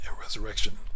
resurrection